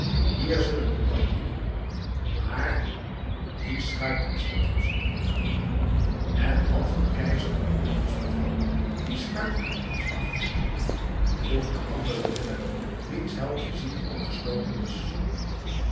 hier zullen we dat niet doen maar die schuit is de onze en als de keizer je nu eens beval die schuit aan ons af te staan vroeg de andere ridder wiens helmvizier ook gesloten was